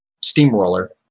Steamroller